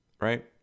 right